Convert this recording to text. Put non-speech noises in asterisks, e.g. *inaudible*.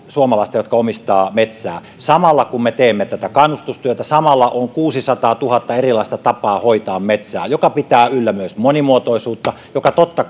suomalaista jotka omistavat metsää samalla kun me teemme tätä kannustustyötä samalla on kuusisataatuhatta erilaista tapaa hoitaa metsää mikä pitää yllä myös monimuotoisuutta joka totta *unintelligible*